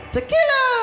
Tequila